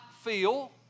feel